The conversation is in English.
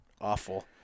awful